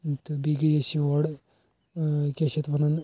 تہٕ بیٚیہِ گٔے أسۍ یور ٲں کیٛاہ چھِ اتھ ونان